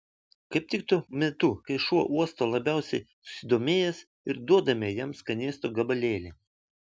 kaip tik tuo metu kai šuo uosto labiausiai susidomėjęs ir duodame jam skanėsto gabalėlį